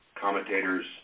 commentators